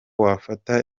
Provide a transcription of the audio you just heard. wafata